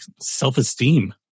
self-esteem